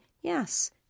Yes